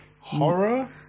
Horror